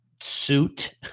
suit